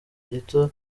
gito